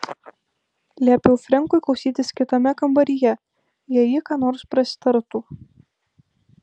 liepiau frenkui klausytis kitame kambaryje jei ji ką nors prasitartų